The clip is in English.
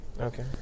Okay